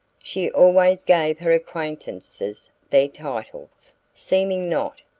she always gave her acquaintances their titles, seeming not,